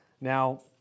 now